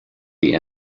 the